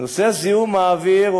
נושא זיהום האוויר,